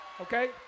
Okay